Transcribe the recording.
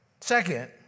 Second